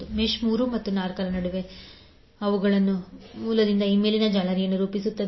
mesh 3 ಮತ್ತು 4 ಈಗ ಅವುಗಳ ನಡುವಿನ ಪ್ರಸ್ತುತ ಮೂಲದಿಂದಾಗಿ ಈ ಮೇಲಿನ ಜಾಲರಿಯನ್ನು ರೂಪಿಸುತ್ತದೆ